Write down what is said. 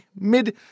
mid